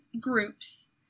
groups